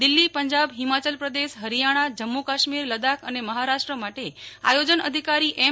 દિલ્હી પંજાબ હિમાચલપ્રદેશ હરિયાણા જમ્મુ કાશ્મીર લદ્દાખ અને મહારાષ્ટ્ર માટે આયોજન અધિકારી એમ